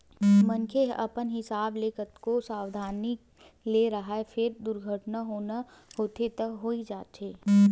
मनखे ह अपन हिसाब ले कतको सवधानी ले राहय फेर दुरघटना होना होथे त होइ जाथे